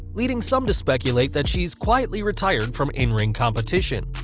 leading some to speculate that she has quietly retired from in-ring competition.